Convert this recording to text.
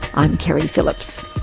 i'm keri phillips